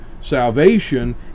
salvation